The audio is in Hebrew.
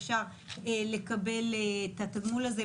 ומה-15 באוקטובר אפשר לקבל את התגמול הזה,